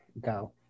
Go